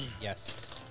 yes